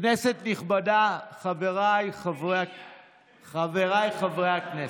כנסת נכבדה, חבריי חברי הכנסת,